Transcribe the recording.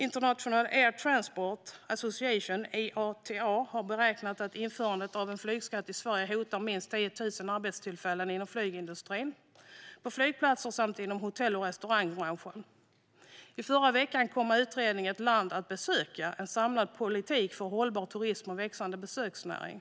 International Air Transport Association, IATA, har beräknat att införandet av en flygskatt i Sverige hotar minst 10 000 arbetstillfällen inom flygindustrin, på flygplatser samt inom hotell och restaurangbranschen. I förra veckan kom utredningen Ett land att besöka - En samlad politik för hållbar turism och växande besöksnäring .